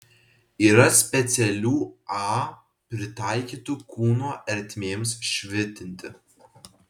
yra specialių a pritaikytų kūno ertmėms švitinti